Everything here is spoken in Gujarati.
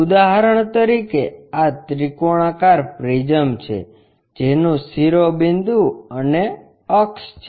ઉદાહરણ તરીકે આ ત્રિકોણાકાર પ્રિઝમ છે જેનું શિરોબિંદુ અને અક્ષ છે